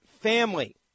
family